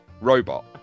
robot